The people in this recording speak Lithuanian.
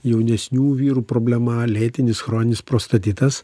jaunesnių vyrų problema lėtinis chroninis prostatitas